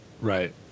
Right